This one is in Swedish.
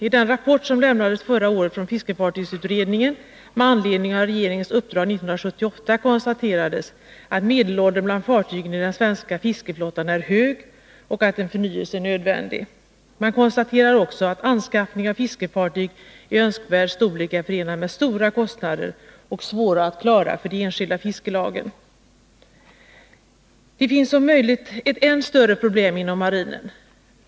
I en rapport som lämnades förra året från fiskefartygsutredningen med anledning av regeringens uppdrag 1978 konstateras att medelåldern bland fartygen i den svenska fiskeflottan är hög och att en förnyelse är nödvändig. Man konstaterar också att anskaffning av fiskefartyg i önskvärd storlek är förenad med stora kostnader och svår att klara för de enskilda fiskelagen. Det finns om möjligt ett än större problem inom marinen.